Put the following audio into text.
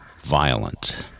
violent